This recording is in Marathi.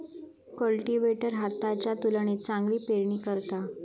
कल्टीवेटर हाताच्या तुलनेत चांगली पेरणी करता